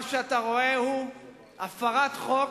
מה שאתה רואה הוא הפרת חוק,